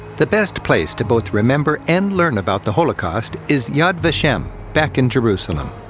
the best place to both remember and learn about the holocaust is yad vashem, back in jerusalem.